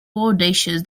audacious